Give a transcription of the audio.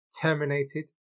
terminated